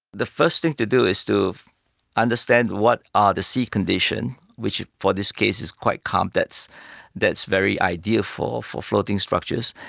the first thing to do is to understand what are the sea conditions which for this case is quite calm, that's that's very ideal for for floating structures.